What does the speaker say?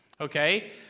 Okay